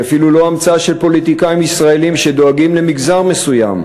היא אפילו לא המצאה של פוליטיקאים ישראלים שדואגים למגזר מסוים.